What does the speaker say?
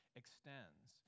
extends